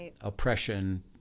oppression